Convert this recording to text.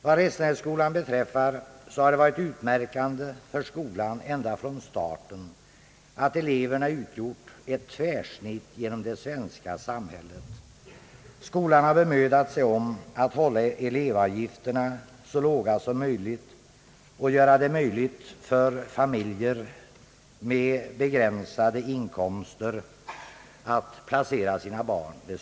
Vad Restenässkolan beträffar har det ända från starten varit utmärkande för denna att eleverna utgjort ett tvärsnitt genom det svenska samhället. Skolan har bemödat sig om att hålla elevavgifterna så låga som möjligt och göra det möjligt för familjer med begränsade inkomster att placera sina barn där.